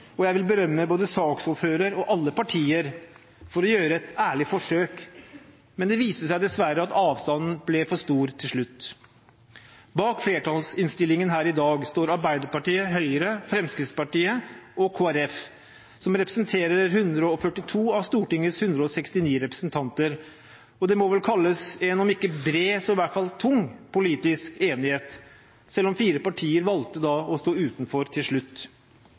og jeg vil berømme både saksordføreren og alle partier for å gjøre et ærlig forsøk, men det viste seg dessverre at avstanden ble for stor til slutt. Bak flertallsinnstillingen her i dag står Arbeiderpartiet, Høyre, Fremskrittspartiet og Kristelig Folkeparti, som representerer 142 av Stortingets 169 representanter. Det må vel kunne kalles om ikke bred, så i hvert fall tung politisk enighet, selv om fire partier valgte å stå utenfor til slutt.